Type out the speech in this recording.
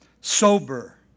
sober